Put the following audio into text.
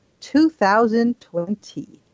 2020